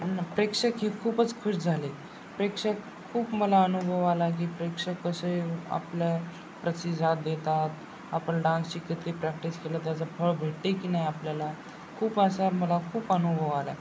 आणि मग प्रेक्षक हे खूपच खुश झाले प्रेक्षक खूप मला अनुभव आला की प्रेक्षक कसे आपल्या प्रतिसात देतात आपण डान्सची किती प्रॅक्टिस केलं त्याचं फळ भेटते की नाही आपल्याला खूप असा मला खूप अनुभव आला